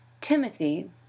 Timothy